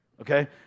okay